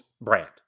brand